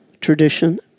tradition